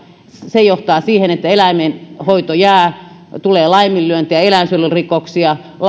se johtaa siihen että eläimien hoito jää tulee laiminlyöntejä eläinsuojelurikoksia